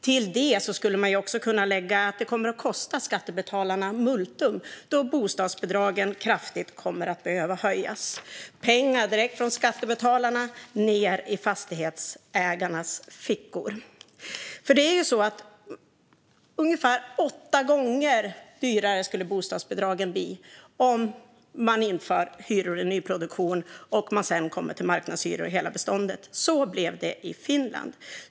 Till det skulle man också kunna lägga att det kommer att kosta skattebetalarna multum, då bostadsbidragen kommer att behöva höjas kraftigt - pengar direkt från skattebetalarna ned i fastighetsägarnas fickor. Bostadsbidragen skulle bli ungefär åtta gånger dyrare om man inför marknadshyror i nyproduktion och det sedan blir marknadshyror i hela beståndet. Så blev det i Finland.